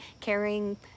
carrying